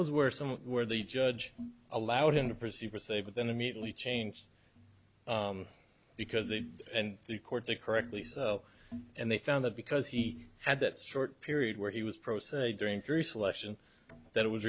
was where some where the judge allowed him to proceed for say but then immediately changed because they and the courts are correctly so and they found that because he had that short period where he was pro se during jury selection that it was